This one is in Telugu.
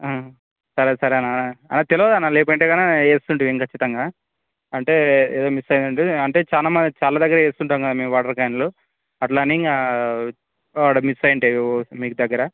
సరే సరే అన్న అన్న అన్న తెలియదు అన్న లేకపోయి ఉంటే గన వేస్తుంటిమి మేము ఖచ్చితంగా అంటే ఏదో మిస్ అయినట్టు ఉంది అంటే చాలా మా చాలా దగ్గర వేస్తుంటాం కదా మేము వాటర్ క్యాన్లు అట్లాని ఇంక ఆడ మిస్ అయ్యి ఉంటాయి మీ దగ్గర